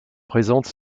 présente